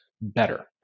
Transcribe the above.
better